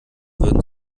würden